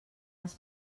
els